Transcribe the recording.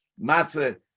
matzah